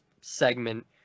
segment